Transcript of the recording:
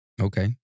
Okay